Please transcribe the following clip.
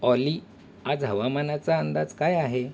ऑली आज हवामानाचा अंदाज काय आहे